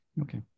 okay